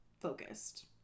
focused